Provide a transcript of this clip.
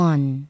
One